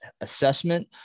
assessment